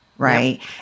Right